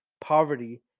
poverty